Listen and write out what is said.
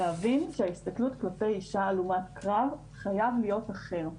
להבין שההסתכלות כלפי אישה הלומת קרב חייבת להיות אחרת,